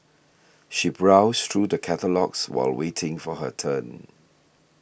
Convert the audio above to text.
she browsed through the catalogues while waiting for her turn